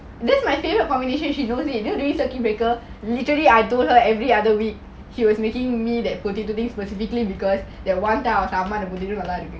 this is my favorite combination she knows it you know during circuit breaker literally I told her every other week he was making me that potato thing specifically because the one time our ah ma the potato was like